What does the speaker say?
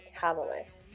catalyst